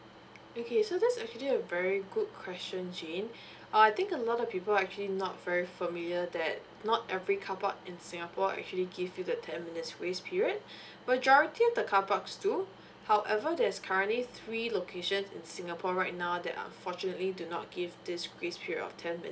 okay so this is actually a very good question jane uh I think a lot of people are actually not very familiar that not every carpark in singapore actually give you the ten minutes grace period majority of the carparks do however there's currently three locations in singapore right now that unfortunately do not give this grace period of ten minutes